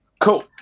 cool